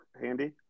handy